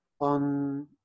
on